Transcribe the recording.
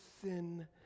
sin